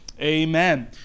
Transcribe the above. Amen